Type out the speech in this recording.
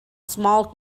small